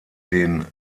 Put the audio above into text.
den